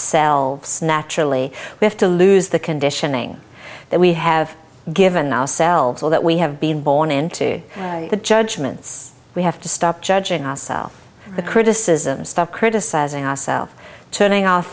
selves naturally we have to lose the conditioning that we have given ourselves or that we have been born into the judgments we have to stop judging ourselves the criticism stop criticizing ourself turning o